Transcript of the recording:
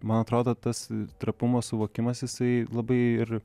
man atrodo tas trapumo suvokimas jisai labai ir